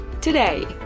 Today